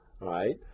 right